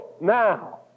now